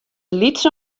lytse